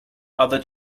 other